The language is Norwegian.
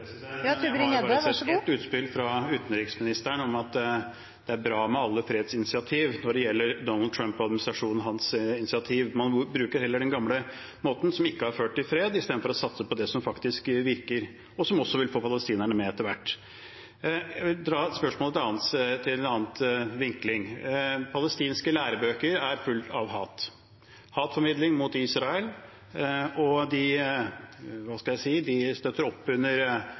jeg har bare sett ett utspill fra utenriksministeren om at det er bra med alle fredsinitiativ når det gjelder Donald Trump- administrasjonen og hans initiativ. Man bruker heller den gamle måten, som ikke har ført til fred, istedenfor å satse på det som faktisk virker, og som også vil få palestinerne med etter hvert. Jeg vil ta et spørsmål med en annen vinkling: Palestinske lærebøker er fulle av hat, hatformidling mot Israel, og de